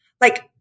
like-